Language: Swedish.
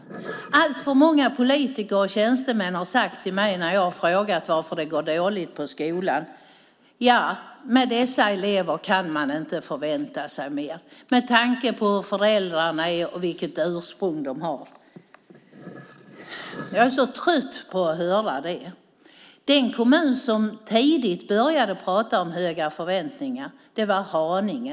När jag har frågat varför det går dåligt i skolan har alltför många politiker och tjänstemän sagt till mig: Ja, med dessa elever kan man inte förvänta sig mer med tanke på hur föräldrarna är och vilket ursprung de har. Jag är så trött på att höra det. En kommun som tidigt började prata om höga förväntningar var Haninge.